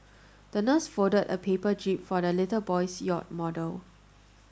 the nurse folded a paper jib for the little boy's yacht model